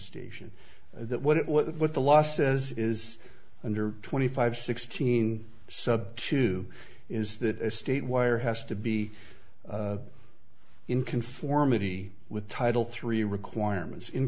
station that what it was what the law says is under twenty five sixteen sub two is that a state wire has to be in conformity with title three requirements in